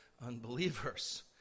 unbelievers